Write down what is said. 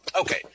Okay